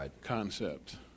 concept